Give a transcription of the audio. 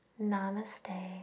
Namaste